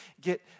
get